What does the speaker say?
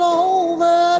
over